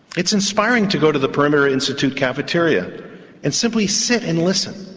it's inspiring to go to the perimeter institute cafeteria and simply sit and listen,